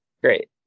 Great